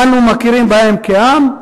אנו מכירים בהם כעם,